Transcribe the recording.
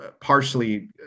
partially